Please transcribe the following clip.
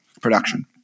production